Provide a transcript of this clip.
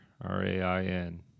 R-A-I-N